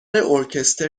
ارکستر